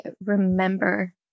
remember